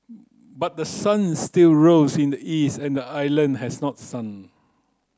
but the sun still rose in the east and island has not sunk